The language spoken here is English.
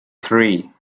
three